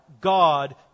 God